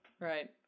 Right